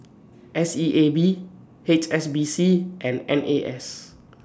S E A B H S B C and N A S